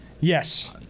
Yes